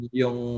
yung